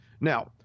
Now